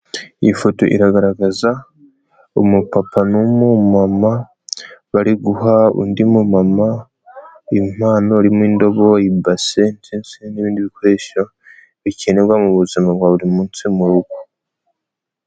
Iyi foto iragaragaza umupapa n'umumama, bari guha undi mumama impano irimo, indobo, ibase ndetse n'ibindi bikoresho bikenerwa mu buzima bwa buri munsi mu rugo.